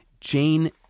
Jane